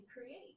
create